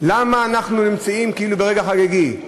למה אנחנו נמצאים כאילו ברגע חגיגי?